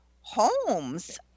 homes